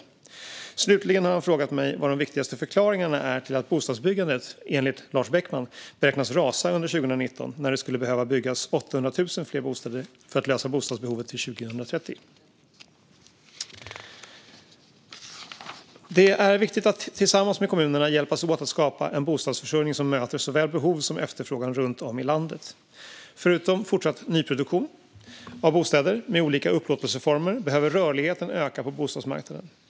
Slutligen har han frågat mig vad de viktigaste förklaringarna är till att bostadsbyggandet - enligt Lars Beckman - beräknas rasa under 2019, när det skulle behöva byggas 800 000 fler bostäder för att lösa bostadsbehovet till 2030. Det är viktigt att tillsammans med kommunerna hjälpas åt att skapa en bostadsförsörjning som möter såväl behov som efterfrågan runt om i landet. Utöver fortsatt nyproduktion av bostäder med olika upplåtelseformer behöver rörligheten öka på bostadsmarknaden.